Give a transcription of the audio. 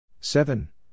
Seven